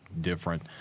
different